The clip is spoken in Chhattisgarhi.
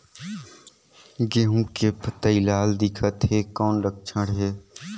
गहूं के पतई लाल दिखत हे कौन लक्षण हे?